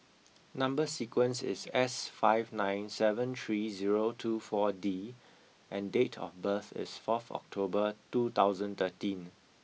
number sequence is S five nine seven three zero two four D and date of birth is fourth October two thousand and thirteen